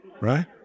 right